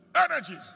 energies